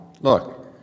look